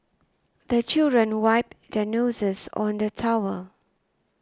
the children wipe their noses on the towel